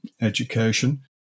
education